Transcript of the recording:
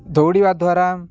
ଦୌଡ଼ିବା ଦ୍ୱାରା